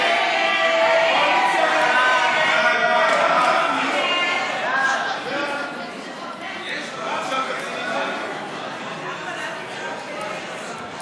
ההצעה להחזיר את סעיף 1 להצעת חוק התכנון והבנייה (תיקון מס'